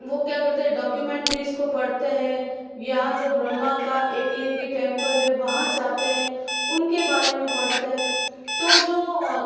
वो क्या करते हैं डाक्यूमेंट्रीज़ को पढ़ते हैं यहाँ जो ब्रह्मा का एक लिंगी टेंपल है वहाँ जाते हैं उनके बारे में पढ़ते हैं तो जो